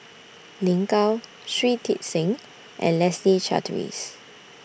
Lin Gao Shui Tit Sing and Leslie Charteris